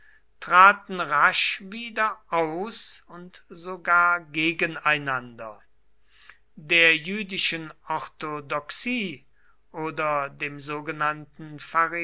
traten rasch wieder aus und sogar gegeneinander der jüdischen orthodoxie oder dem sogenannten